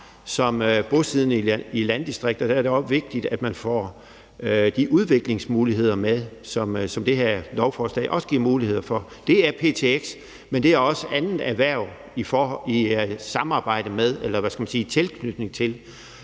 som bosiddende i et landdistrikt er det også vigtigt, at man får de udviklingsmuligheder med, som det her lovforslag også giver mulighed for. Det er power-to-x, men det er også andet erhverv i tilknytning til